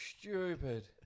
stupid